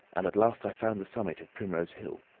and at last i found the summit of primrose hill.